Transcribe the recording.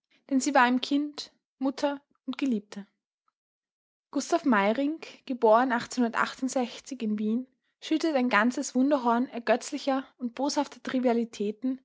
denn sie war ihm kind mutter und geliebte gustav meyerinck in wien schüttet ein wunderhorn ergötzlicher und boshafter trivialitäten